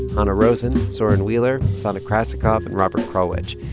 hanna rosin, soren wheeler, sana krasikov and robert krulwich.